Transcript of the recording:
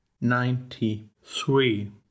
ninety-three